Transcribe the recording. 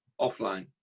offline